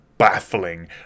Baffling